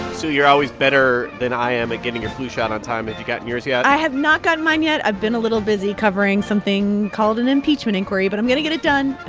sue, you're always better than i am at getting your flu shot on time. have you gotten yours yet? i have not gotten mine yet. i've been a little busy covering something called an impeachment inquiry. but i'm going to get it done,